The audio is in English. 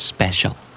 Special